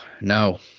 No